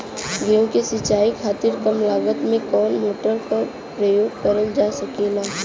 गेहूँ के सिचाई खातीर कम लागत मे कवन मोटर के प्रयोग करल जा सकेला?